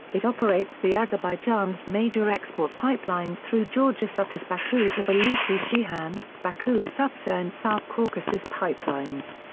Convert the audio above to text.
it operates the azerbaijan's major export pipelines through georgia such as baku-tbilisi-ceyhan, baku-supsa and south caucasus pipelines.